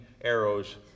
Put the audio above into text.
arrows